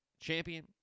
champion